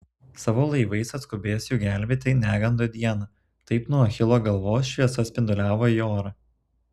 savo laivais atskubės jų gelbėti negando dieną taip nuo achilo galvos šviesa spinduliavo į orą